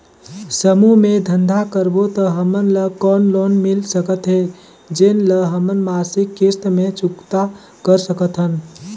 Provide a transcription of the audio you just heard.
समूह मे धंधा करबो त हमन ल कौन लोन मिल सकत हे, जेन ल हमन मासिक किस्त मे चुकता कर सकथन?